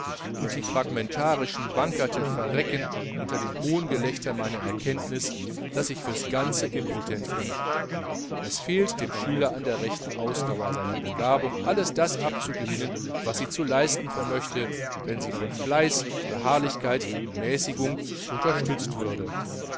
und die fragmentarischen bankerte verrecken unter dem hohngelächter meiner erkenntnis daß ich fürs ganze impotent bin es fehlt dem schüler an der rechten ausdauer seiner begabung alles das abzugewinnen was sie zu leisten vermöchte wenn sie von fleiß beharrlichkeit mäßigung unterstützt würde